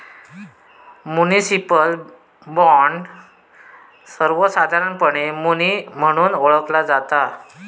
municipal bond, सर्वोसधारणपणे muni म्हणून ओळखला जाता